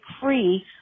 free